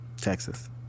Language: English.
Texas